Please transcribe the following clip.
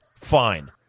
Fine